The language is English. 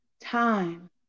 time